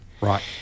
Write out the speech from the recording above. Right